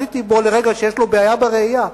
חשדתי בו לרגע שיש לו בעיה בראייה.